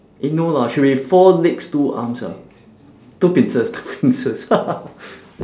eh no lah should be four legs two arms ah two pincers two pincers